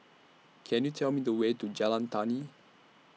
Can YOU Tell Me The Way to Jalan Tani